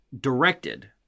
directed